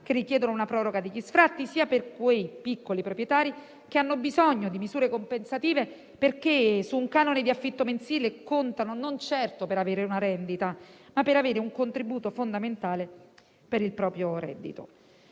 che richiedono una proroga degli sfratti, sia per quei piccoli proprietari che hanno bisogno di misure compensative, perché su un canone di affitto mensile contano per avere non certo una rendita, ma un contributo fondamentale per il proprio reddito.